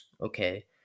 okay